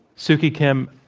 suki kim,